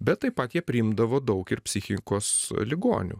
bet taip pat jie priimdavo daug ir psichikos ligonių